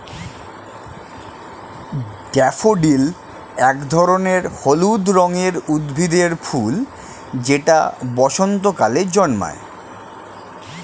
daffodil এক ধরনের হলুদ রঙের উদ্ভিদের ফুল যেটা বসন্তকালে জন্মায়